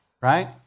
right